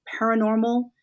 paranormal